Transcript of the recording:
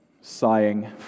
sighing